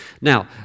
Now